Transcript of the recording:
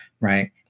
right